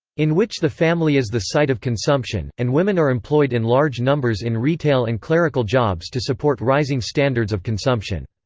in which the family is the site of consumption, and women are employed in large numbers in retail and clerical jobs to support rising standards of consumption.